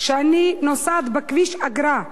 שאני נוסעת בכביש אגרה,